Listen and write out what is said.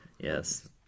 Yes